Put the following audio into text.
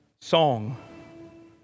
song